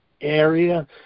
area